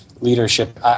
leadership